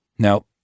No